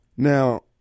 Now